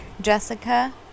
Jessica